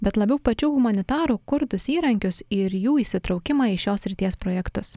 bet labiau pačių humanitarų kurtus įrankius ir jų įsitraukimą į šios srities projektus